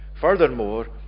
furthermore